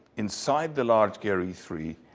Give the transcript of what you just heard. inside the large gear e three,